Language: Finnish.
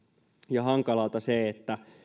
ja hankalalta se että